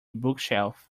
bookshelf